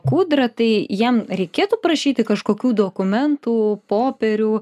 kūdrą tai jam reikėtų prašyti kažkokių dokumentų popierių